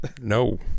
No